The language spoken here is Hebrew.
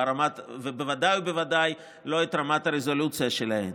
בוודאי ובוודאי לא את רמת הרזולוציה שלהן.